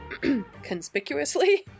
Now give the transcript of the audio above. conspicuously